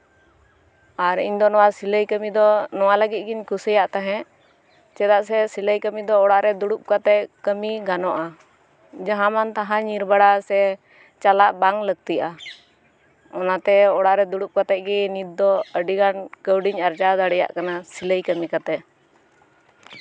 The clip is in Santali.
ᱟᱨ ᱤᱧ ᱫᱚ ᱱᱚᱣᱟ ᱥᱤᱞᱟᱹᱭ ᱠᱟᱹᱢᱤ ᱫᱚ ᱱᱚᱣᱟ ᱞᱟᱹᱜᱤᱫ ᱜᱤᱧ ᱠᱩᱥᱤᱭᱜ ᱛᱟᱦᱮᱸᱡ ᱪᱮᱫᱟᱜ ᱥᱮ ᱥᱤᱞᱟᱹᱭ ᱠᱟᱹᱢᱤ ᱫᱚ ᱚᱲᱟᱜ ᱨᱮ ᱫᱩᱲᱩᱵ ᱠᱟᱛᱮ ᱠᱟᱹᱢᱤ ᱜᱟᱱᱚᱜᱼᱟ ᱡᱟᱦᱟᱸᱢᱟᱱ ᱛᱟᱦᱟᱸ ᱧᱤᱨ ᱵᱟᱲᱟ ᱥᱮ ᱪᱟᱞᱟᱜ ᱵᱟᱝ ᱞᱟᱠᱛᱤᱜᱼᱟ ᱚᱱᱟᱛᱮ ᱚᱲᱟᱜ ᱨᱮ ᱫᱩᱲᱩᱵ ᱠᱟᱛᱮ ᱜᱮ ᱱᱤᱛ ᱫᱚ ᱟᱹᱰᱤ ᱜᱟᱱ ᱠᱟᱹᱣᱰᱤᱧ ᱟᱨᱡᱟᱣ ᱫᱟᱲᱮᱭᱟᱜ ᱠᱟᱱᱟ ᱱᱚᱣᱟ ᱥᱤᱞᱟᱹᱭ ᱠᱟᱹᱢᱤ ᱠᱟᱛᱮ